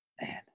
Man